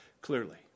clearly